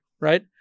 right